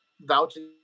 vouching